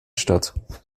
statt